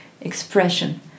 expression